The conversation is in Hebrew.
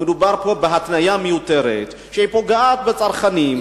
שמדובר פה בהתניה מיותרת שפוגעת בצרכנים.